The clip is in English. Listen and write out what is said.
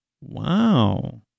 Wow